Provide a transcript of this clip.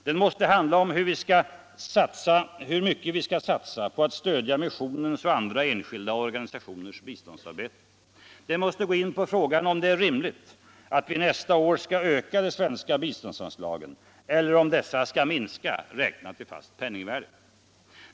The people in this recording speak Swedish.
Den måste handla om hur mycket vi skall satsa på att stödja missionens och andra enskilda organisationers biståndsarbete. Den måste gå in på frågan om det är rimligt att vi nästa år skall öka de svenska biståndsanslagen eller om dessa skall minska räknat i fast penningvärde.